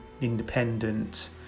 independent